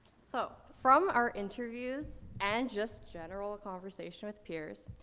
so from our interviews, and just general conversation with peers,